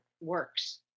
works